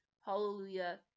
Hallelujah